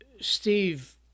Steve